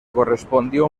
correspondió